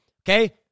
okay